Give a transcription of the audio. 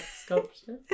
sculpture